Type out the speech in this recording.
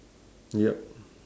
ya